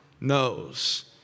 knows